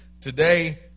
today